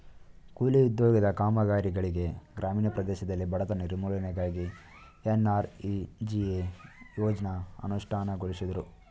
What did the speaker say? ಕೂಲಿ ಉದ್ಯೋಗದ ಕಾಮಗಾರಿಗಳಿಗೆ ಗ್ರಾಮೀಣ ಪ್ರದೇಶದಲ್ಲಿ ಬಡತನ ನಿರ್ಮೂಲನೆಗಾಗಿ ಎನ್.ಆರ್.ಇ.ಜಿ.ಎ ಯೋಜ್ನ ಅನುಷ್ಠಾನಗೊಳಿಸುದ್ರು